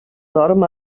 dorm